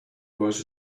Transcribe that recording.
was